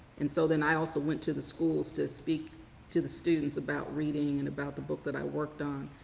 and so, then i also went to the schools to speak to the students about reading and about the book that i worked on.